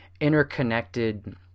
interconnected